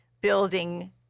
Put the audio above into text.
building